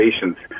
patients